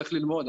צריך ללמוד.